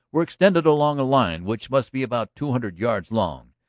were extended along a line which must be about two hundred yards long.